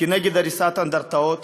נגד הריסת אנדרטאות